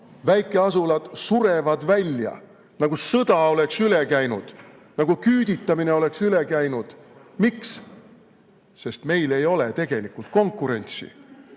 väikeasulad surevad välja, nagu sõda oleks üle käinud, nagu küüditamine oleks üle käinud. Miks? Sest meil ei ole tegelikult konkurentsi.